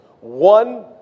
One